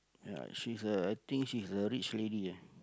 ya she's a I think she is a rich lady ah